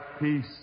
peace